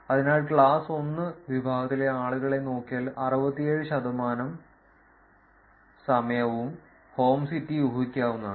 അതിനാൽ ക്ലാസ് 1 വിഭാഗത്തിലെ ആളുകളെ നോക്കിയാൽ 67 ശതമാനം സമയവും ഹോം സിറ്റി ഊഹിക്കാവുന്നതാണ്